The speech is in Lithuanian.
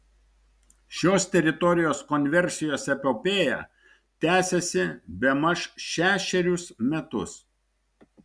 šios teritorijos konversijos epopėja tęsiasi bemaž šešerius metus